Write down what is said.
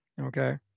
Okay